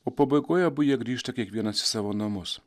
o pabaigoje abu jie grįžta kiekvienas į savo namus